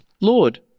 Lord